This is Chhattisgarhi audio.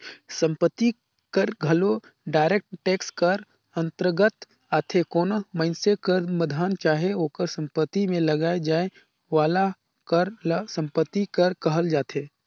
संपत्ति कर घलो डायरेक्ट टेक्स कर अंतरगत आथे कोनो मइनसे कर धन चाहे ओकर सम्पति में लगाए जाए वाला कर ल सम्पति कर कहल जाथे